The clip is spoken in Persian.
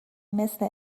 مثل